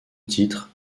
titre